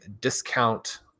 discount